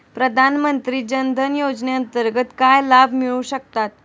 प्रधानमंत्री जनधन योजनेअंतर्गत काय लाभ मिळू शकतात?